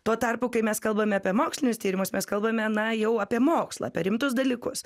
tuo tarpu kai mes kalbame apie mokslinius tyrimus mes kalbame na jau apie mokslą apie rimtus dalykus